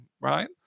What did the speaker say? right